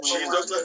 Jesus